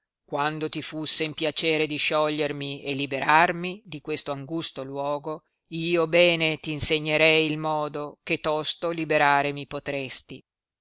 quando ti fusse in piacere di sciogliermi e liberarmi di questo angusto luogo io bene t insegnerei il modo che tosto liberare mi potresti